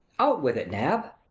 out with it, nab.